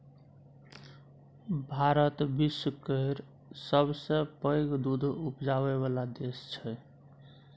भारत विश्व केर सबसँ पैघ दुध उपजाबै बला देश छै